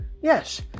yes